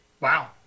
Wow